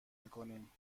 میکنیم